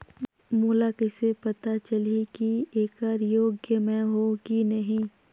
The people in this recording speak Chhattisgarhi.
मोला कइसे पता चलही की येकर योग्य मैं हों की नहीं?